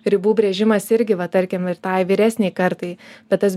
ribų brėžimas irgi va tarkim ir tai vyresnei kartai bet tas